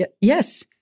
yes